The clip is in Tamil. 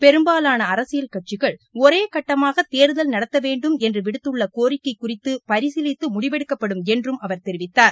பெரும்பாலான அரசியல் கட்சிகள் ஒரே கட்டமாக தேர்தல் நடத்த வேண்டும் என்று விடுத்துள்ள கோரிக்கை குறித்து பரிசீலித்து முடிவெடுக்கப்படும் என்றும் அவர் தெரிவித்தார்